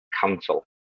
Council